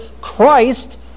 Christ